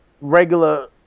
regular